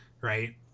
right